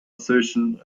assertion